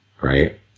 Right